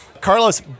Carlos